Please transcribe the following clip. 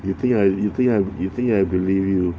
you think you think I you think I believe you